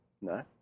No